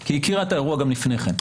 כי היא הכירה את האירוע גם לפני כן,